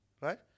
right